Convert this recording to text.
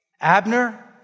Abner